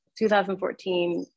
2014